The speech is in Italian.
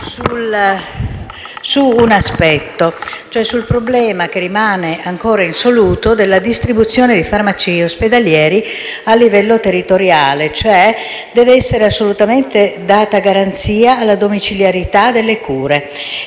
in particolare sul problema, che rimane ancora insoluto, della distribuzione di farmaci ospedalieri a livello territoriale. In sostanza, deve essere assolutamente data garanzia della domiciliarità delle cure.